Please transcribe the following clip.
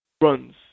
runs